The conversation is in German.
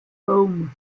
home